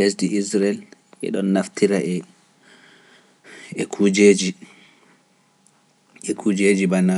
Lesdi Isrel e ɗon naftira eh e kuujeeji, e kuujeeji bana